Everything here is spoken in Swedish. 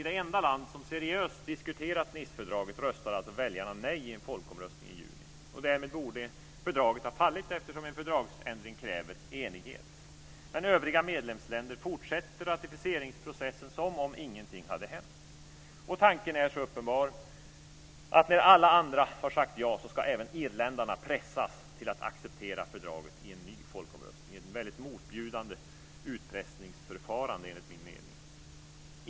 I det enda land som seriöst har diskuterat Nicefördraget röstade alltså väljarna nej i en folkomröstning i juni. Därmed borde fördraget ha fallit eftersom en fördragsändring kräver enighet. Men övriga medlemsländer fortsätter ratificeringsprocessen som om ingenting hade hänt. Tanken är uppenbar. När alla andra har sagt ja ska även irländarna pressas till att acceptera fördraget i en ny folkomröstning. Det är ett mycket motbjudande utpressningsförfarande enligt min mening.